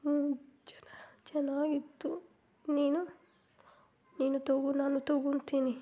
ಹ್ಞೂ ಚೆನ್ನ ಚೆನ್ನಾಗಿತ್ತು ನೀನು ನೀನು ತೊಗೊ ನಾನು ತೊಗೊಳ್ತೀನಿ